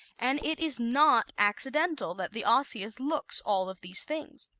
and it is not accidental that the osseous looks all of these things.